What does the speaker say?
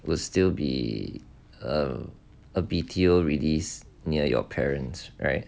will still be uh B_T_O release near your parents right